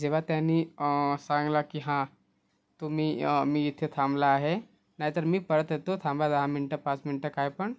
जेव्हा त्यांनी सांगला की हां तुमी मी इथे थांबला आहे नाही तर मी परत येतो थांबा दहा मिनटं पाच मिनटं काय पण